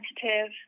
sensitive